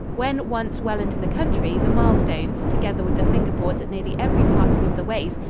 when once well into the country, the milestones, together with the finger-boards at nearly every parting of the ways,